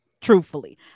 truthfully